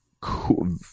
cool